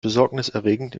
besorgniserregend